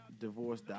divorce